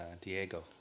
Diego